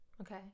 Okay